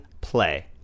play